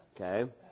Okay